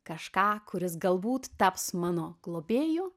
kažką kuris galbūt taps mano globėju